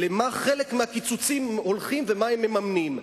ולמה חלק מהקיצוצים הולכים ומה הם מממנים,